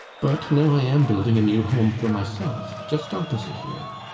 but now i am building a new home for myself just opposite here.